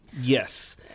Yes